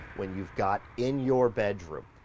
when you've got in your bedroom,